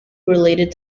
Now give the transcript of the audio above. related